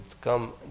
come